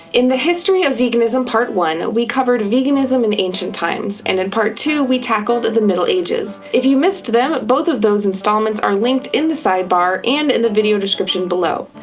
in the history of veganism, part one we covered veganism in ancient times, and in part two we tackled the middle ages. if you missed them, both of those installments are linked in the sidebar and in the description below.